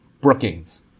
Brookings